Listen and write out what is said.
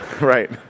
right